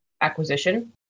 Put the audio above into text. acquisition